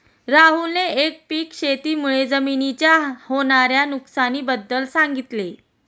राहुलने एकपीक शेती मुळे जमिनीच्या होणार्या नुकसानी बद्दल सांगितले